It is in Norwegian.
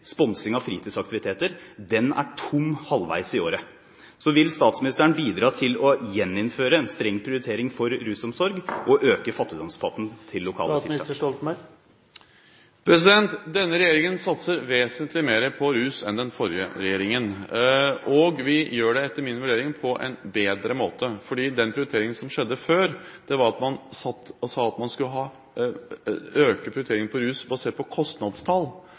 sponsing av fritidsaktiviteter, er tom halvveis i året. Vil statsministeren bidra til å gjeninnføre en streng prioritering for rusomsorg og øke fattigdomspotten til lokal Denne regjeringen satser vesentlig mer på rusomsorg enn det den forrige regjeringen gjorde, og vi gjør det etter min vurdering på en bedre måte, fordi den prioriteringen som skjedde før, var at man sa at man skulle ha økt prioritering av rusbehandling basert på kostnadstall.